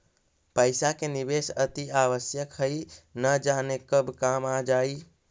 पइसा के निवेश अतिआवश्यक हइ, न जाने कब काम आ जाइ